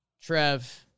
Trev